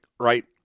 right